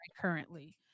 currently